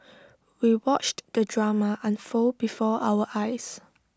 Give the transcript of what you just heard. we watched the drama unfold before our eyes